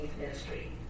ministry